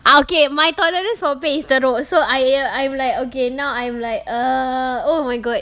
ah okay my tolerance for pain is teruk so i~ I'm like okay now I'm like err oh my god